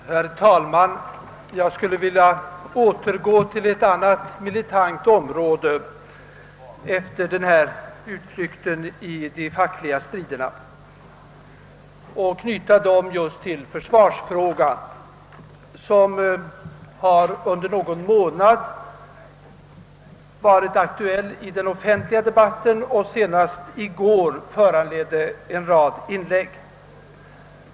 Herr talman! Jag skulle vilja återgå till ett annat militant område efter den här utflykten i de fackliga striderna, nämligen försvarsfrågan, som under någon månad har varit aktuell i den offentliga debatten och senast i går föranledde en rad inlägg.